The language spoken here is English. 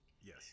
Yes